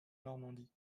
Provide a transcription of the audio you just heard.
normandie